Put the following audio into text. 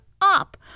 up